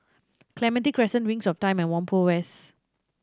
Clementi Crescent Wings of Time and Whampoa West